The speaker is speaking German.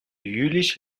jülich